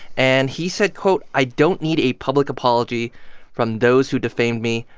and he said, quote, i don't need a public apology from those who defamed me.